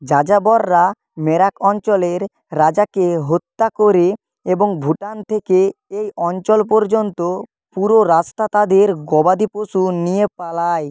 যাযাবররা মেরাক অঞ্চলের রাজাকে হত্যা করে এবং ভুটান থেকে এই অঞ্চল পর্যন্ত পুরো রাস্তা তাদের গবাদি পশু নিয়ে পালায়